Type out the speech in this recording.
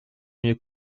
mieux